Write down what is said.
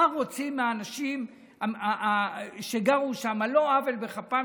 מה רוצים מהאנשים שגרו שם על לא עוול בכפם,